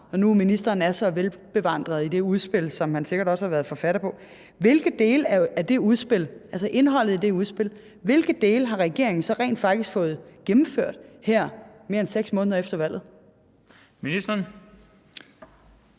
når nu ministeren er så velbevandret i det udspil, som han sikkert også har været forfatter på: Hvilke dele af det udspil, altså indholdet i det udspil, har regeringen så rent faktisk fået gennemført her mere end 6 måneder efter valget? Kl.